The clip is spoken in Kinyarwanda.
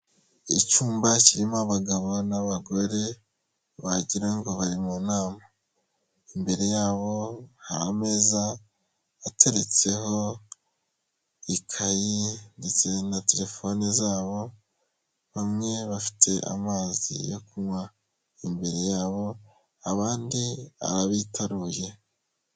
Icyumba kirimo abagabo n'abagore wagira ngo bari mu nama, imbere yabo hari ameza ateretseho ikayi ndetse na telefone zabo, bamwe bafite amazi yo kunywa imbere yabo, abandi arabitaruye.